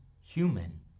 human